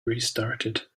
restarted